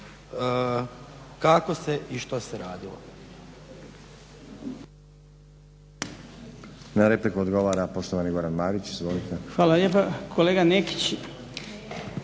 kako se i što se radilo.